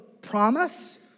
promise